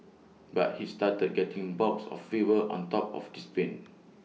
but he started getting bouts of fever on top of this pain